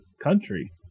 country